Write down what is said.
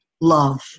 love